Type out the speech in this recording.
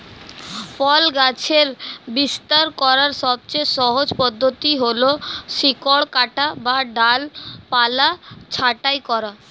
ফল গাছের বিস্তার করার সবচেয়ে সহজ পদ্ধতি হল শিকড় কাটা বা ডালপালা ছাঁটাই করা